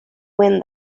wind